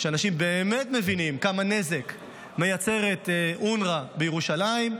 אנשים באמת מבינים כמה נזק מייצרת אונר"א בירושלים,